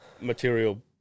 material